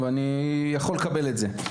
ואני יכול לקבל את זה.